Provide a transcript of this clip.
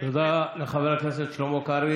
תודה לחבר הכנסת שלמה קרעי.